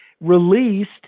released